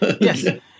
Yes